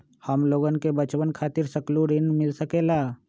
हमलोगन के बचवन खातीर सकलू ऋण मिल सकेला?